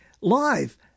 live